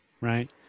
right